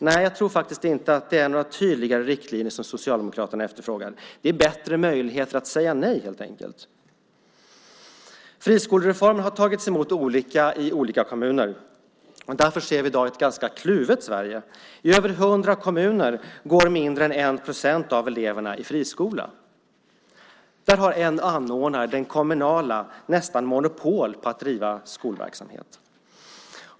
Nej, jag tror faktiskt inte att det är tydligare riktlinjer som Socialdemokraterna efterfrågar, utan det handlar helt enkelt om bättre möjligheter att säga nej. Friskolereformen har tagits emot olika i olika kommuner. Därför ser vi i dag ett ganska kluvet Sverige. I över hundra kommuner går mindre än 1 procent av eleverna i friskola. Där har en anordnare, den kommunala, nästan monopol på att driva skolverksamhet.